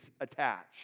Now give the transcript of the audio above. attached